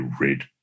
red